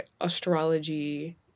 astrology